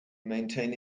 maintain